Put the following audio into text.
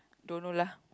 don't know lah